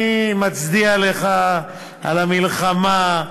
אני מצדיע לך על המלחמה,